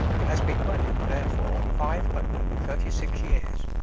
it has been running, therefore, five hundred and thirty-six years.